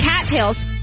cattails